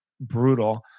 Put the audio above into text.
brutal